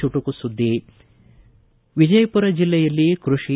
ಚುಟುಕು ಸುದ್ದಿ ವಿಜಯಪುರ ಜಿಲ್ಲೆಯಲ್ಲಿ ಕೃಷಿ